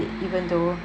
transit even though